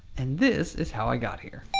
and this is how i got here.